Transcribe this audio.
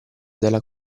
della